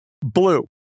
blue